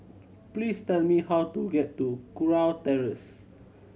please tell me how to get to Kurau Terrace